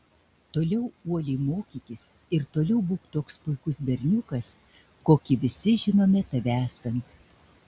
toliau uoliai mokykis ir toliau būk toks puikus berniukas kokį visi žinome tave esant